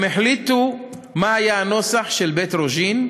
הם החליטו מה היה הנוסח של בית רוז'ין,